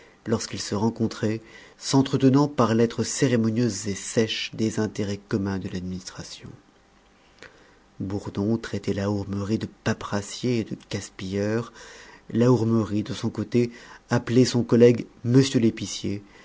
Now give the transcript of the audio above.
lorsqu'ils se rencontraient s'entretenant par lettres cérémonieuses et sèches des intérêts communs de l'administration bourdon traitait la hourmerie de paperassier et de gaspilleur la hourmerie de son côté appelait son collègue monsieur l'épicier